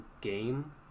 game